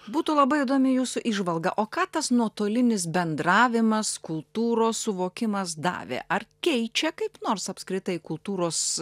būtų labai įdomi jūsų įžvalga o ką tas nuotolinis bendravimas kultūros suvokimas davė ar keičia kaip nors apskritai kultūros